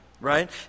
right